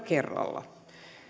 kerralla